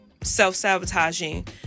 self-sabotaging